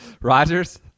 Rogers